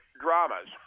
dramas